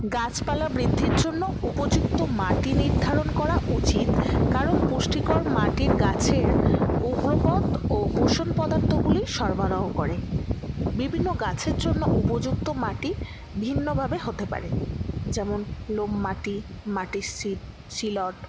গাছপালা বৃদ্ধির জন্য উপযুক্ত মাটি নির্ধারণ করা উচিত কারণ পুষ্টিকর মাটির গাছের উগ্রপথ ও পোষণ পদার্থগুলি সরবরাহ করে বিভিন্ন গাছের জন্য উপযুক্ত মাটি ভিন্নভাবে হতে পারে যেমন লোম মাটি মাটির শিল্ট